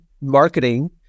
marketing